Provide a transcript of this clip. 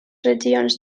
regions